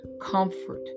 comfort